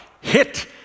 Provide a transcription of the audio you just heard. hit